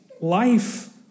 life